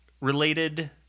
related